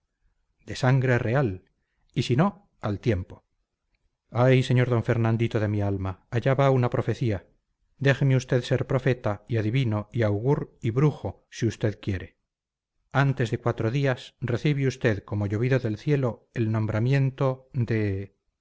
de sangre real y si no al tiempo ay sr d fernandito de mi alma allá va una profecía déjeme usted ser profeta y adivino y augur y brujo si usted quiere antes de cuatro días recibe usted como llovido del cielo el nombramiento de